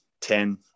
ten